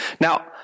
Now